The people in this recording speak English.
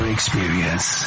Experience